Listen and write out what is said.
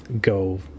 go